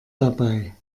dabei